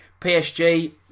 PSG